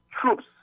troops